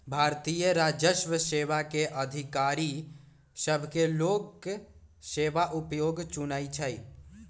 भारतीय राजस्व सेवा के अधिकारि सभके लोक सेवा आयोग चुनइ छइ